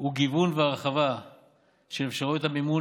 הוא גיוון והרחבה של אפשרויות המימון